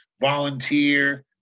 volunteer